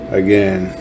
again